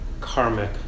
karmic